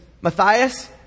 Matthias